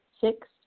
Six